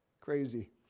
Crazy